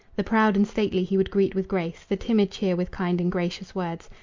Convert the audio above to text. the proud and stately he would greet with grace, the timid cheer with kind and gracious words.